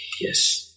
yes